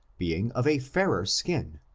being of a fairer skin,